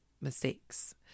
mistakes